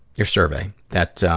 your survey. that, ah,